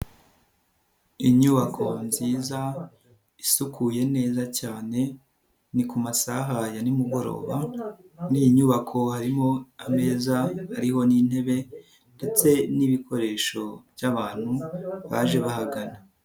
Inyubako nziza isukuye neza cyane, ni ku masaha ya nimugoroba muri iyi nyubako harimo ameza ariho n'intebe ndetse n'ibikoresho by'abantu baje bahagana.